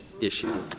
issue